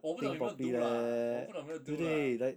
我不懂有没有 do lah 我不懂有没有 do lah